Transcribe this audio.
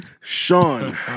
Sean